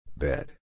bed